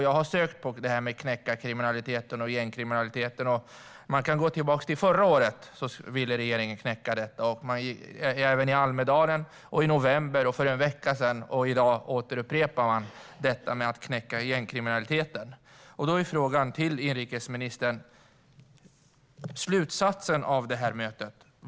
Jag har sökt på detta med att knäcka kriminaliteten och gängkriminaliteten. Man kan gå tillbaka till förra året, så ser man att regeringen ville knäcka detta. Det sas i Almedalen, i november och för en vecka sedan. I dag upprepade man detta med att man ska knäcka gängkriminaliteten. Därför vill jag fråga inrikesministern: Vad blev slutsatsen av mötet?